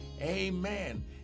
Amen